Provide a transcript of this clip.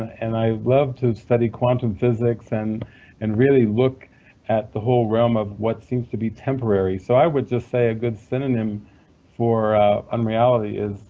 and i love to study quantum physics and and really look at the whole realm of what seems to be temporary, and so i would just say a good synonym for unreality is